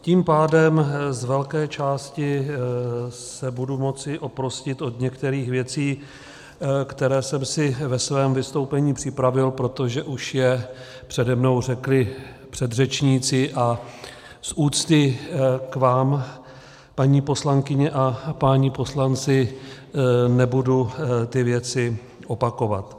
Tím pádem z velké části se budu moci oprostit od některých věcí, které jsem si ve svém vystoupení připravil, protože je už přede mnou řekli předřečníci, a z úcty k vám, paní poslankyně a páni poslanci, nebudu ty věci opakovat.